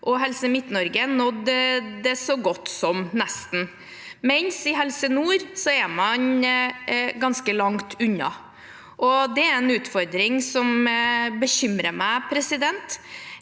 Helse Midt-Norge nådde det så godt som nesten, mens i Helse Nord er man ganske langt unna. Det er en utfordring som bekymrer meg. Mangelen